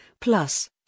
Plus